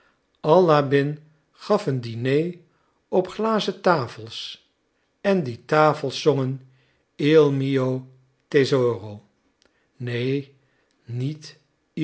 alabin gaf een diner op glazen tafels en die tafels zongen il mio tesoro neen niet